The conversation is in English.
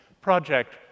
project